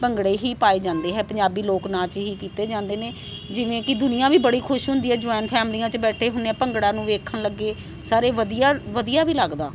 ਭੰਗੜੇ ਹੀ ਪਾਏ ਜਾਂਦੇ ਹੈ ਪੰਜਾਬੀ ਲੋਕ ਨਾਚ ਹੀ ਕੀਤੇ ਜਾਂਦੇ ਨੇ ਜਿਵੇਂ ਕਿ ਦੁਨੀਆ ਵੀ ਬੜੀ ਖੁਸ਼ ਹੁੰਦੀ ਹੈ ਜੁਆਇਨ ਫੈਮਲੀਆਂ 'ਚ ਬੈਠੇ ਹੁੰਦੇ ਆ ਭੰਗੜਾ ਨੂੰ ਵੇਖਣ ਲੱਗੇ ਸਾਰੇ ਵਧੀਆ ਵਧੀਆ ਵੀ ਲੱਗਦਾ